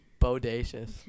bodacious